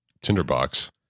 Tinderbox